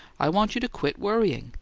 i want you to quit worrying!